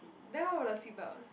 then what about the seat belt